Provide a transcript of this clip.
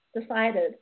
decided